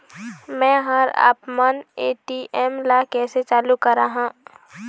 मैं हर आपमन ए.टी.एम ला कैसे चालू कराहां?